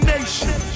Nation